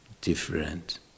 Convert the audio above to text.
different